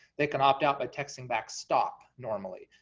they can opt-out by texting back stop, normally,